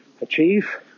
achieve